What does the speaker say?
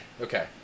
okay